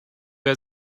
wer